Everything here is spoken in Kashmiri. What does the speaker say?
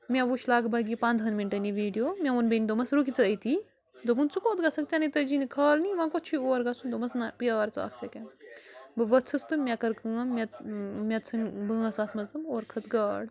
مےٚ وُچھ لگ بگ یہِ پنٛداہَن مِنٹن یہِ ویٖڈیو مےٚ ووٚن بیٚیہِ رُکہِ ژٕ أتی دوٚپُن ژٕ کوٚت گژھکھ ژےٚ نَے تٔجی نہٕ کھالنی وۅنۍ کتھ چھُو اور گَژھُن دوٚپس نہَ پیٛار ژٕ اکھ سیکنٛڈ بہٕ ؤژٕھس تہٕ مےٚ کٔر کٲم مےٚ مےٚ ژٕھنٕی بٲنٛس اَتھ منٛز تہٕ اورٕ کھٔژ گاڈ